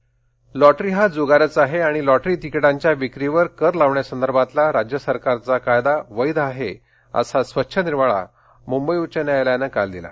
lottery lottery हा जुगारच आहे आणि लॉटरी तिकिटांच्या विक्रीवर कर लावण्यासंदर्भातला राज्य सरकारचा कायदा वैघ आहे बसा स्वच्छ निर्वाळा मुंबई उज्ज्व न्यायालयानं काल दिला